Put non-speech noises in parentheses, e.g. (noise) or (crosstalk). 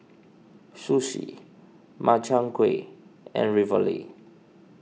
Sushi Makchang Gui (noise) and Ravioli